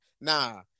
nah